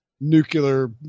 nuclear